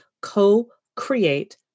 co-create